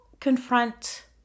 confront